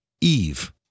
Eve